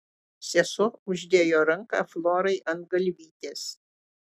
sesuo uždėjo ranką florai ant galvytės